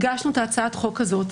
לפני עשר שנים הגשנו את הצעת החוק הזאת,